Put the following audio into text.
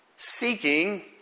seeking